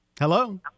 Hello